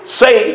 say